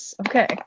Okay